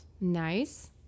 nice